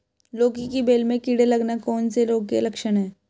लौकी की बेल में कीड़े लगना कौन से रोग के लक्षण हैं?